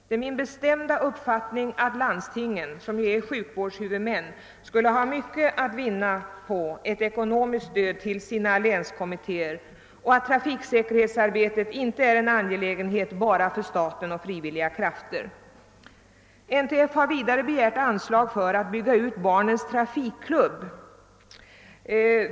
Det är min bestämda uppfattning att landstingen, som ju är sjukvårdshuvudmän, skulle ha mycket att vinna på ett ekonomiskt stöd till sina länskommittéer och att trafiksäkerhetsarbetet inte är en angelägenhet bara för staten och frivilliga krafter. NTF har vidare begärt anslag för att kunna bygga ut Barnens trafikklubb.